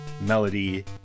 melody